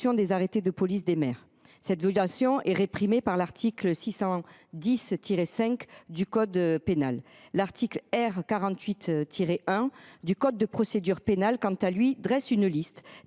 des arrêtés de police des maires. Cette violation est réprimée par l’article R. 610 5 du code pénal. L’article R. 48 1 du code de procédure pénale, quant à lui, dresse une liste